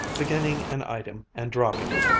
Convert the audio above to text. beginning an item and dropping it,